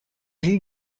chi